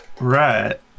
Right